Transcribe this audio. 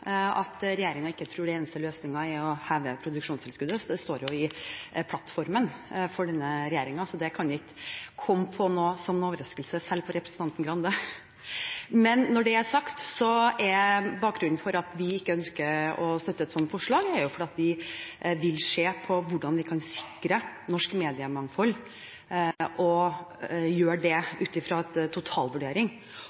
at regjeringen ikke tror at den eneste løsningen er å heve produksjonstilskuddet. Det står jo i plattformen for denne regjeringen, så det kan ikke komme som noen overraskelse selv for representanten Grande. Men når det er sagt: Bakgrunnen for at vi ikke ønsker å støtte et slikt forslag, er at vi vil se på hvordan vi kan sikre norsk mediemangfold – og gjøre det